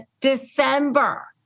December